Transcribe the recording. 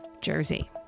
Jersey